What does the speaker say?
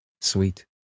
Sweet